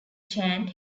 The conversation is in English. chant